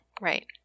Right